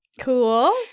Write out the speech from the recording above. Cool